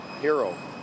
hero